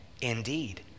indeed